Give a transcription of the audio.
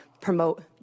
promote